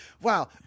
wow